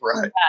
Right